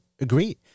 agree